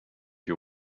you